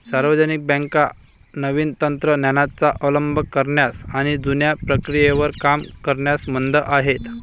सार्वजनिक बँका नवीन तंत्र ज्ञानाचा अवलंब करण्यास आणि जुन्या प्रक्रियेवर काम करण्यास मंद आहेत